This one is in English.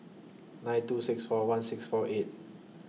nine two six four one six four eight